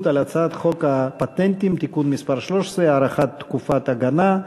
על הצעת חוק הפטנטים (תיקון מס' 13) (הארכת תקופת הגנה),